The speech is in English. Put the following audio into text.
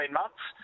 months